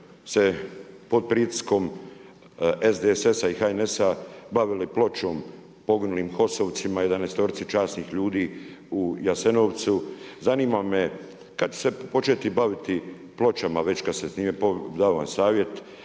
se pod pritiskom SDSS-a i HNS-a bavili pločom poginulim HOS-ovcima, jedanaestorici časnih ljudi u Jasenovcu. Zanima me, kad će se početi baviti pločama već kad vam davan savjet